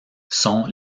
sont